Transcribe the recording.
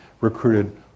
recruited